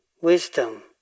wisdom